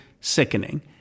sickening